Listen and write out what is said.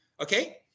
Okay